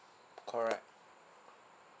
correct